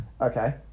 Okay